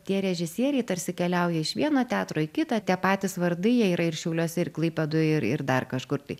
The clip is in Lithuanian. tie režisieriai tarsi keliauja iš vieno teatro į kitą tie patys vardai jie yra ir šiauliuose ir klaipėdoj ir ir dar kažkur tai